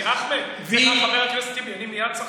אחמד, סליחה, חבר הכנסת טיבי,